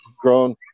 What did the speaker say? grown